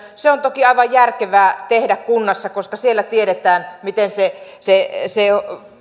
se on toki aivan järkevää tehdä kunnassa koska siellä tiedetään miten se se